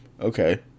okay